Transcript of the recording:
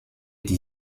die